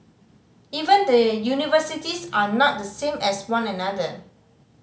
even the universities are not the same as one another